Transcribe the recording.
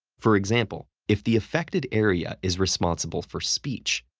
for example, if the affected area is responsible for speech,